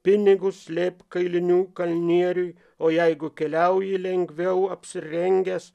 pinigus slėpk kailinių kalnieriui o jeigu keliauji lengviau apsirengęs